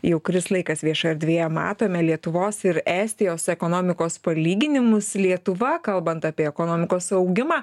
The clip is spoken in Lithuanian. jau kuris laikas viešoje erdvėje matome lietuvos ir estijos ekonomikos palyginimus lietuva kalbant apie ekonomikos augimą